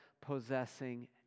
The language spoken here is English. possessing